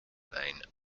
vane